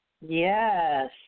Yes